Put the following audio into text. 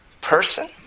person